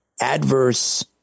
adverse